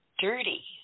dirty